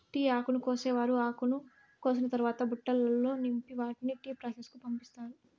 tea ఆకును కోసేవారు ఆకును కోసిన తరవాత బుట్టలల్లో నింపి వాటిని టీ ప్రాసెస్ కు పంపిత్తారు